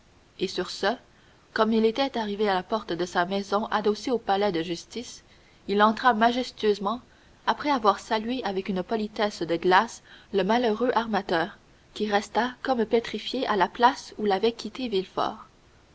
et sur ce comme il était arrivé à la porte de sa maison adossée au palais de justice il entra majestueusement après avoir salué avec une politesse de glace le malheureux armateur qui resta comme pétrifié à la place où l'avait quitté